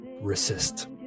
Resist